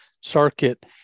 circuit